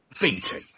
beating